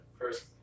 first